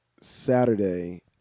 Saturday